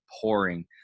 pouring